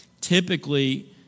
typically